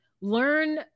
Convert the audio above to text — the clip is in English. learn